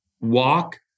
walk